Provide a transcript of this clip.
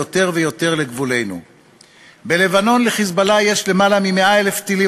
אחד, ול"חיזבאללה" יש אלפי טילים,